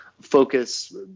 focus